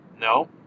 No